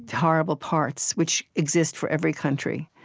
horrible parts, which exist for every country.